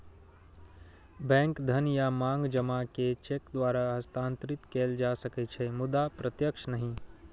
bank धन या मांग जमा कें चेक द्वारा हस्तांतरित कैल जा सकै छै, मुदा प्रत्यक्ष नहि